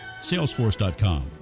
salesforce.com